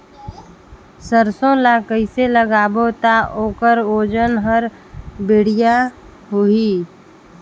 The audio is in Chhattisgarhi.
सरसो ला कइसे लगाबो ता ओकर ओजन हर बेडिया होही?